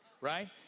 Right